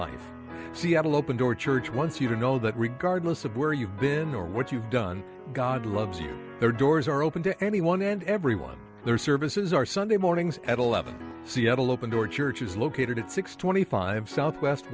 life seattle open door church once you know that regardless of where you've been or what you've done god loves their doors are open to anyone and everyone their services are sunday mornings at eleven seattle open door church is located at six twenty five south west